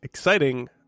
exciting